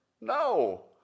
No